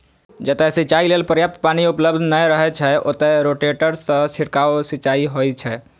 जतय सिंचाइ लेल पर्याप्त पानि उपलब्ध नै रहै छै, ओतय रोटेटर सं छिड़काव सिंचाइ होइ छै